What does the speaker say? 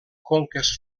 conques